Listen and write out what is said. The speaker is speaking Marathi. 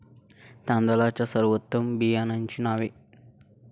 तांदळाच्या सर्वोत्तम बियाण्यांची नावे?